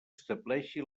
estableixi